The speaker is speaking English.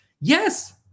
yes